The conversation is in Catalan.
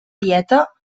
dieta